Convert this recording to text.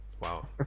wow